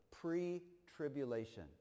Pre-tribulation